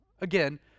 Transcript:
Again